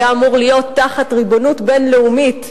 היה אמור להיות תחת ריבונות בין-לאומית,